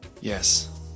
Yes